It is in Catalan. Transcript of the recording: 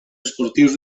esportius